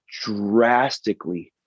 drastically